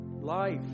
life